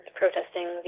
protesting